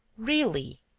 really?